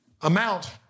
amount